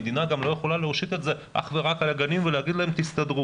המדינה גם לא יכולה להשית את זה אך ורק על הגנים ולהגיד להם תסתדרו.